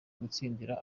gutsindira